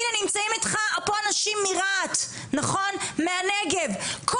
הנה, נמצאים איתך פה אנשים מרהט, מהנגב, נכון?